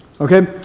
Okay